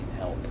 help